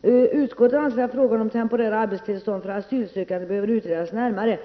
Det står faktiskt att utskottet bedömer ''att frågan om temporära arbetstillstånd för asylsökande behöver utredas närmare,